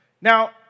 Now